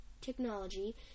technology